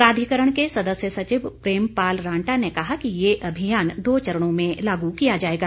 प्राधिकरण के सदस्य सचिव प्रेम पाल रांटा ने कहा कि ये अभियान दो चरणों में लागू किया जाएगा